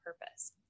purpose